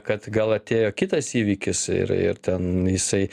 kad gal atėjo kitas įvykis ir ir ten jisai